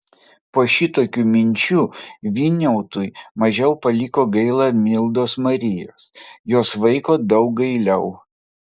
po šitokių minčių vyniautui mažiau paliko gaila mildos marijos jos vaiko daug gailiau